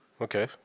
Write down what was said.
Okay